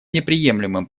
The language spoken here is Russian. неприемлемым